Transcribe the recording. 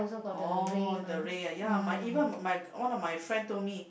oh the ray ah ya my even my one of my friend told me